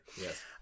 Yes